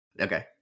Okay